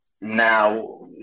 now